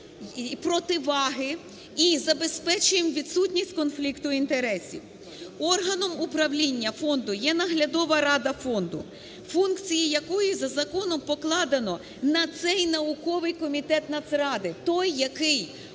баланс противаги, і забезпечуємо відсутність конфлікту інтересів. Органом управління фонду є наглядова рада фонду, функції якої за законом покладено на цей науковий комітетНацради, той, який